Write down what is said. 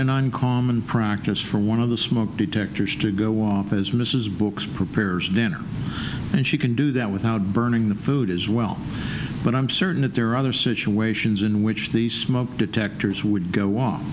uncommon practice for one of the smoke detectors to go off as mrs brooks prepares dinner and she can do that without burning the food as well but i'm certain that there are other situations in which the smoke detectors would go off